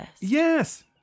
Yes